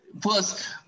plus